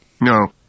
No